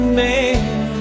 man